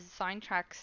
soundtracks